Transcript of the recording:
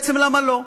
אמרתי, בעצם למה לא?